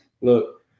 Look